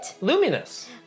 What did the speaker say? Luminous